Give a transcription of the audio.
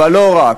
אבל לא רק.